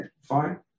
fine